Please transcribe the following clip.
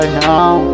now